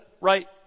right